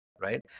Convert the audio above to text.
right